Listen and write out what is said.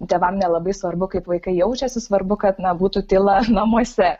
tėvam nelabai svarbu kaip vaikai jaučiasi svarbu kad na būtų tyla namuose